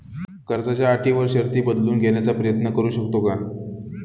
कर्जाच्या अटी व शर्ती बदलून घेण्याचा प्रयत्न करू शकतो का?